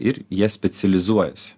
ir jie specializuojasi